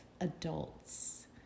adults